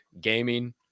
gaming